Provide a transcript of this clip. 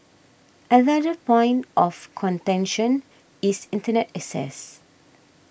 another point of contention is internet access